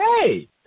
hey